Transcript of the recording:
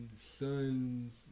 son's